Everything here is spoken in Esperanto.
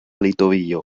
litovio